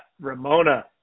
Ramona